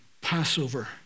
Passover